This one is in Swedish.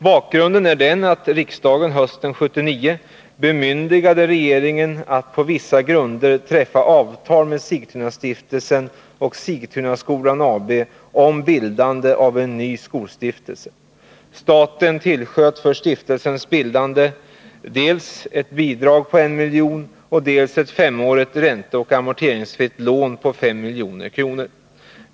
Bakgrunden är den att riksdagen hösten 1979 bemyndigade regeringen att på vissa grunder träffa avtal med Sigtunastiftelsen och Sigtunaskolans AB om bildande av en ny skolstiftelse. Staten tillsköt för stiftelsens bildande dels ett bidrag på 1 miljon, dels ett femårigt ränteoch amorteringsfritt lån på 5 miljoner.